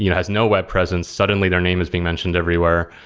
you know has no web presence. suddenly their name is being mentioned everywhere.